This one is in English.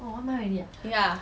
ya